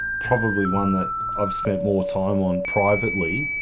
probably one that i've spent more time on privately